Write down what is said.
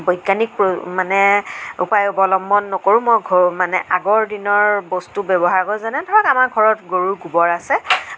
বৈজ্ঞানিক মানে উপায় অৱলম্বন নকৰোঁ মই ঘৰুৱা মানে আগৰ দিনৰ বস্তু ব্যৱহাৰ কৰোঁ যেনে ধৰক আমাৰ ঘৰত গৰুৰ গোবৰ আছে